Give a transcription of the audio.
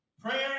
Prayer